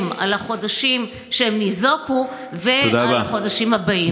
על החודשים שהם ניזוקו ועל החודשים הבאים.